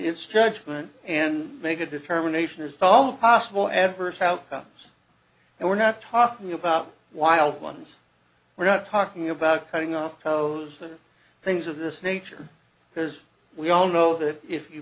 its judgment and make a determination as follow possible adverse outcomes and we're not talking about wild ones we're not talking about cutting off those things of this nature because we all know that if you